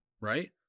right